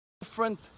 Different